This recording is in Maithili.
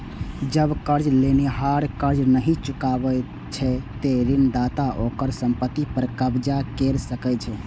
जब कर्ज लेनिहार कर्ज नहि चुका पाबै छै, ते ऋणदाता ओकर संपत्ति पर कब्जा कैर सकै छै